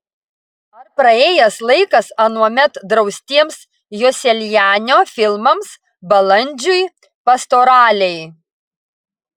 ar praėjęs laikas anuomet draustiems joselianio filmams balandžiui pastoralei